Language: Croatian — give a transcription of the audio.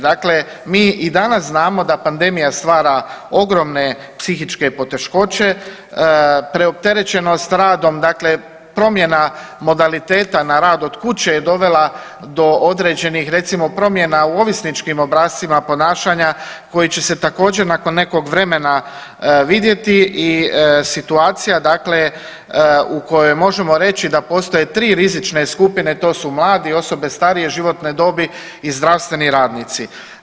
Dakle mi i danas znamo da pandemija stvara ogromne psihičke poteškoće, preopterećenost radom, dakle promjena modaliteta na rad od kuće je dovela do određenih, recimo, promjena u ovisničkim obrascima ponašanja koji će se također, nakon nekog vremena vidjeti i situacija dakle u kojoj možemo reći da postoje 3 rizične skupine, to su mladi, osobe starije životne dobi i zdravstveni radnici.